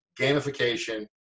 gamification